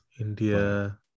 India